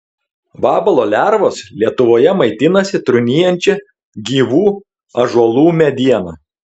vabalo lervos lietuvoje maitinasi trūnijančia gyvų ąžuolų mediena